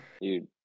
Dude